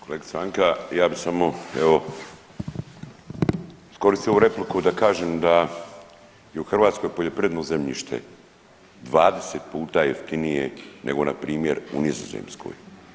Kolegice Anka, ja bi samo evo iskoristio ovu repliku da kažem da je u Hrvatskoj poljoprivredno zemljište 20 puta jeftinije nego npr. u Nizozemskoj.